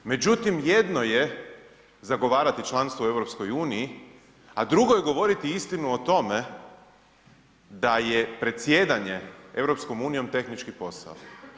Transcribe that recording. Međutim, jedno je zagovarati članstvo u EU a drugo je govoriti istinu o tome da je predsjedanje EU tehnički posao.